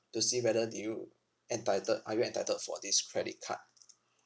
to see whether do you entitled are you entitled for this credit card